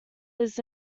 lives